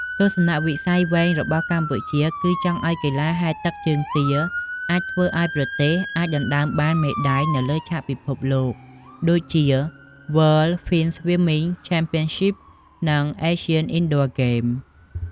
ទស្សនវិស័យវែងរបស់កម្ពុជា គឺចង់ឲ្យកីឡាហែលទឹកជើងទាអាចធ្វើឲ្យប្រទេសអាចដណ្តើមបានមេដាយនៅលើឆាកពិភពលោក ដូចជា World Finswimming Championship និង Asian Indoor Games។